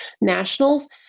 nationals